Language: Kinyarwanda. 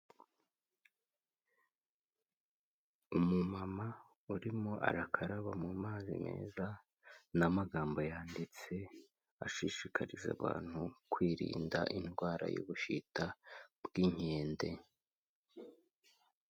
Umumama urimo arakaraba mu mazi meza, n'amagambo yanditse, ashishikariza abantu kwirinda indwara y'ubushita, bw'inkende.